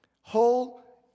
Whole